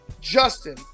Justin